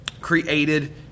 created